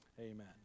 Amen